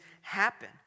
happen